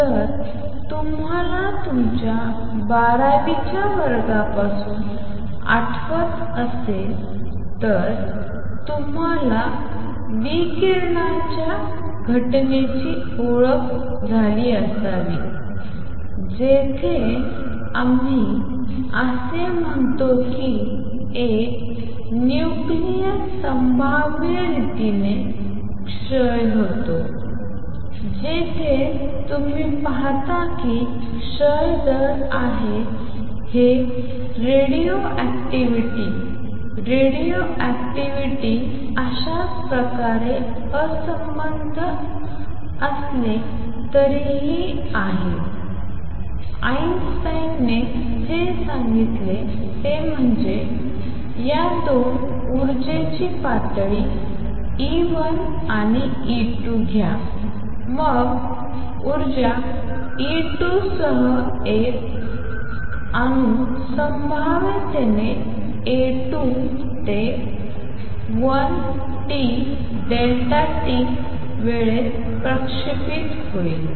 जर तुम्हाला तुमच्या 12 व्या वर्गापासून आठवत असेल तर तुम्हाला विकिरणांच्या घटनेची ओळख झाली असावी जिथे आम्ही असे म्हणतो की एक न्यूक्लियस संभाव्य रीतीने क्षय होतो जेथे तुम्ही पाहता की क्षय दर आहे λN हे रेडिओएक्टिव्हिटी रेडिओएक्टिव्हिटी अशाच प्रकारे असंबद्ध असले तरीही आहे आईनस्टाईनने जे सांगितले ते म्हणजे या 2 ऊर्जेची पातळी E1 आणि E2 घ्या मग ऊर्जा E2 सह एक अणू संभाव्यतेने A2 ते 1 t Δt वेळेत प्रक्षेपित होईल